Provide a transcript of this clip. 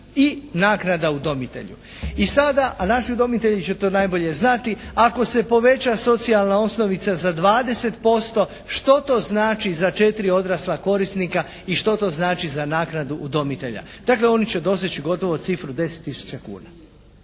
i naknada udomitelju. I sada, a naši udomitelji će to najbolje znati, ako se poveća socijalna osnovica za 20% što to znači za 4 odrasla korisnika i što to znači za naknadu udomitelja. Dakle oni će doseći gotovo cifru 10 tisuća kuna.